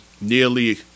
nearly